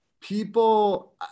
people